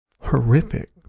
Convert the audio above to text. horrific